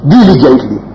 Diligently